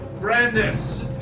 Brandis